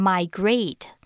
Migrate